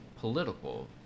political